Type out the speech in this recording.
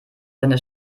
seine